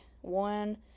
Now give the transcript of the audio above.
One